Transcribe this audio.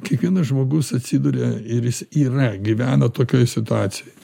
kiekvienas žmogus atsiduria ir jis yra gyvena tokioj situacijoj